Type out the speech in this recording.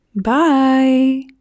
bye